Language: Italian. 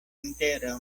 intera